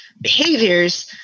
behaviors